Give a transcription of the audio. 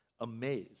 amazed